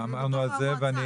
לא אמרנו את זה,